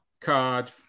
card